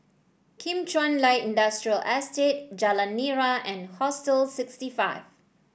Kim Chuan Light Industrial Estate Jalan Nira and Hostel sixty five